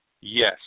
Yes